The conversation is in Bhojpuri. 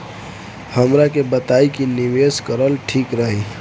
हमरा के बताई की निवेश करल ठीक रही?